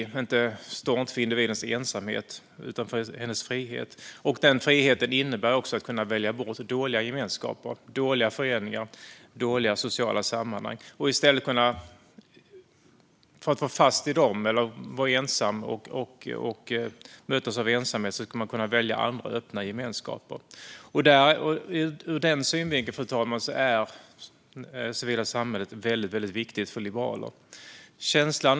Den står inte för individens ensamhet utan för hennes frihet. Denna frihet innebär också att kunna välja bort dåliga gemenskaper, dåliga föreningar och dåliga sociala sammanhang. I stället för att vara fast i dessa eller att vara ensam och mötas av ensamhet ska man kunna möta andra öppna gemenskaper. Ur den synvinkeln är det civila samhället väldigt viktigt för liberaler, fru talman.